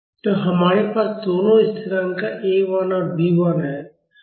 तो हमारे पास दोनों स्थिरांक A 1 और B 1 हैं